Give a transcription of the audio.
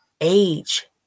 age